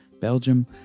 Belgium